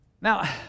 Now